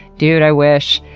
dude, i wish.